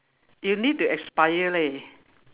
you need to aspire leh